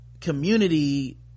community